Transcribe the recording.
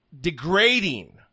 degrading